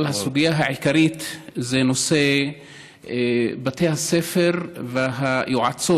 אבל הסוגיה העיקרית היא נושא בתי הספר והיועצות